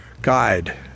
guide